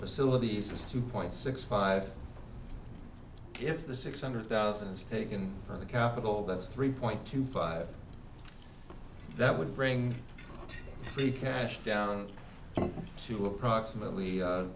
facilities is two point six five if the six hundred thousand is taken from the capital that's three point two five that would bring the cash down to approximately